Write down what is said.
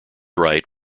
right